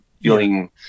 feeling